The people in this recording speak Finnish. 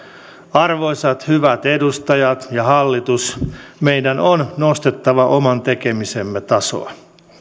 arvoisat hyvät edustajat ja hallitus meidän on nostettava oman tekemisemme tasoa